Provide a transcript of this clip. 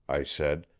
i said,